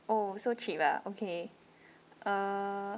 oh so cheap ah okay uh